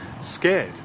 scared